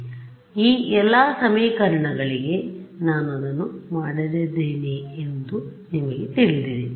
ಆದ್ದರಿಂದ ಈ ಎಲ್ಲಾ ಸಮೀಕರಣಗಳಿಗೆಎ ನಾನು ಅದನ್ನು ಮಾಡಲಿದ್ದೇನೆ ಎಂದು ನಿಮಗೆ ತಿಳಿದಿದೆ